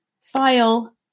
file